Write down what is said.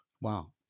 Wow